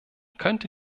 könnte